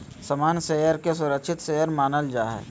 सामान्य शेयर के सुरक्षित शेयर मानल जा हय